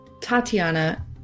tatiana